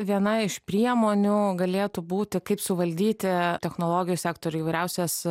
viena iš priemonių galėtų būti kaip suvaldyti technologijų sektoriuj įvairiausias